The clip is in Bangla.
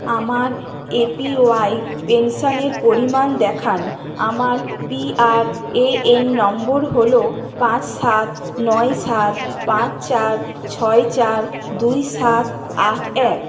আমার এপিওয়াই পেনশনের পরিমাণ দেখান আমার পিআরএএন নম্বর হলো পাঁচ সাত নয় সাত পাঁচ চার ছয় চার দুই সাত আট এক